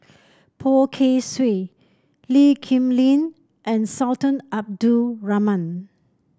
Poh Kay Swee Lee Kip Lin and Sultan Abdul Rahman